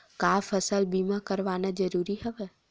का फसल बीमा करवाना ज़रूरी हवय?